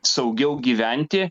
saugiau gyventi